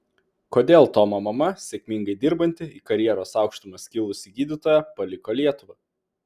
kodėl tomo mama sėkmingai dirbanti į karjeros aukštumas kilusi gydytoja paliko lietuvą